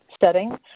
setting